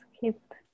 Keep